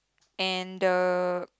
and the